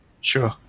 sure